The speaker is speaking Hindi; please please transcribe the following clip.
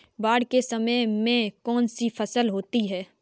बाढ़ के समय में कौन सी फसल होती है?